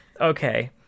Okay